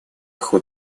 ход